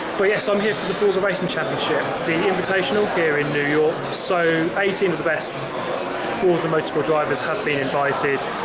but yes, i'm here for the forza racing championship. the invitational here in new york. so, eighteen of the best forza motorsport drivers have been invited